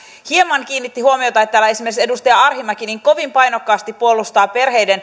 hieman kiinnitti huomiota että täällä esimerkiksi edustaja arhinmäki niin kovin painokkaasti puolustaa perheiden